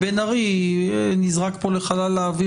לא.